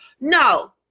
No